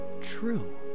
true